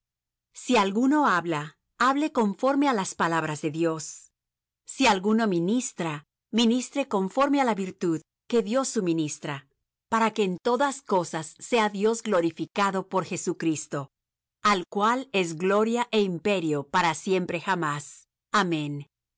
si alguno habla hable conforme á las palabras de dios si alguno ministra ministre conforme á la virtud que dios suministra para que en todas cosas sea dios glorificado por jesucristo al cual es gloria é imperio para siempre jamás amén